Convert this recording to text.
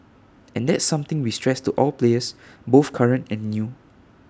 and that's something we stress to all players both current and new